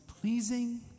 pleasing